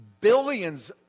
Billions